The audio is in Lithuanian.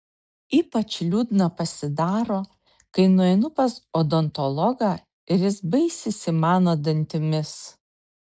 ypač liūdna pasidaro kai nueinu pas odontologą ir jis baisisi mano dantimis